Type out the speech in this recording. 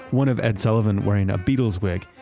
one of ed sullivan wearing a beatles work.